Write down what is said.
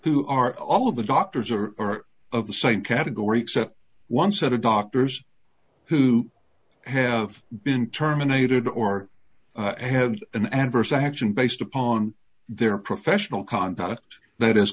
who are all of the doctors or are of the same category except one set of doctors who have been terminated or have an adverse action based upon their professional conduct that is